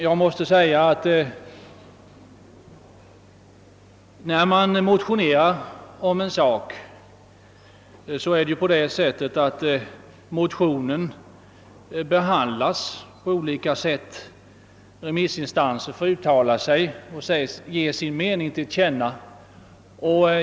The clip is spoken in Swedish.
De motioner som väcks i riksdagen behandlas som bekant på olika sätt; bl.a. får remissinstanser uttala sig i frågorna och ge sina meningar till känna.